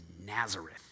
Nazareth